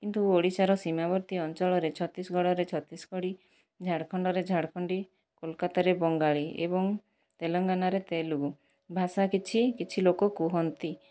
କିନ୍ତୁ ଓଡ଼ିଶାର ସୀମାବର୍ତ୍ତୀ ଅଞ୍ଚଳରେ ଛତିଶଗଡ଼ରେ ଛତିଶଗଡ଼ି ଝାଡ଼ଖଣ୍ଡରେ ଝାଡ଼ଖଣ୍ଡି କୋଲକାତାରେ ବଙ୍ଗାଳି ଏବଂ ତେଲେଙ୍ଗାନାରେ ତେଲୁଗୁ ଭାଷା କିଛି କିଛି ଲୋକ କହନ୍ତି